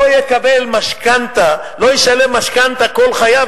לא ישלם משכנתה כל חייו,